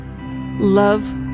love